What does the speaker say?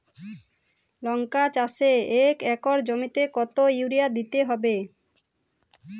লংকা চাষে এক একর জমিতে কতো ইউরিয়া দিতে হবে?